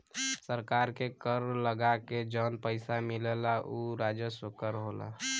सरकार के कर लगा के जौन पइसा मिलला उ राजस्व कर होला